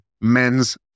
men's